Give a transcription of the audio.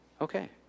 Okay